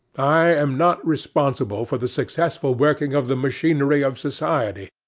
i am not responsible for the successful working of the machinery of society.